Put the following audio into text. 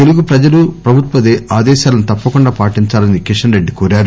తెలుగు ప్రజలు ప్రభుత్వ ఆదేశాలను తప్పకుండా పాటించాలని కిషస్ రెడ్లి కోరారు